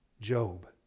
Job